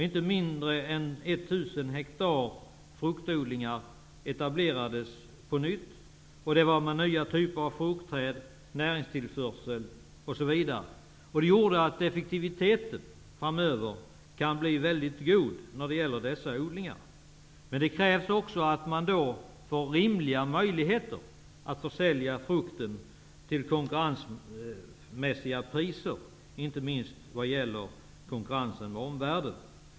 Inte mindre än 1 000 hektar fruktodlingar etablerades på nytt, och det var fråga om nya typer av fruktträd, näringstillförsel, osv. Effektiviteten för dessa odlingar kan därmed framöver bli väldigt god, men då krävs det också att odlarna får rimliga möjligheter att försälja frukten till konkurrensmässiga priser, inte minst så att de kan konkurrera med odlare i omvärlden.